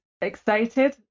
excited